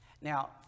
Now